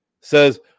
says